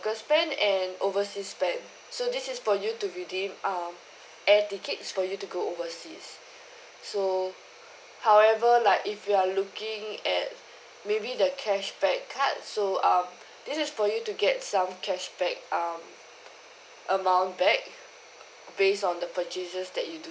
local spend and oversea spend so this is for you to redeem um air tickets for you to go overseas so however like if you're looking at maybe the cashback card so um this is for you to get some cashback um amount back based on the purchases that you do